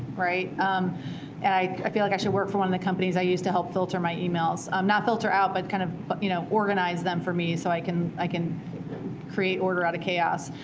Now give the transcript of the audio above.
um and i i feel like i should work for one of the companies i use to help filter my emails. um not filter out, but kind of but you know organize them for me so i can i can create order out of chaos.